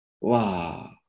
Wow